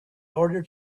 order